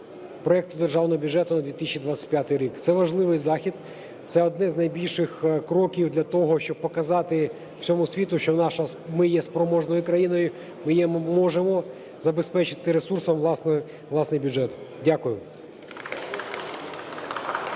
проекту Державного бюджету на 2025 рік. Це важливий захід, це один з найбільших кроків для того, щоб показати всьому світу, що ми є спроможною країною, ми є, можемо забезпечити ресурсом власний бюджет. Дякую.